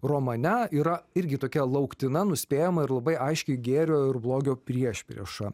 romane yra irgi tokia lauktina nuspėjama ir labai aiški gėrio ir blogio priešprieša